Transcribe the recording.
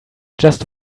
just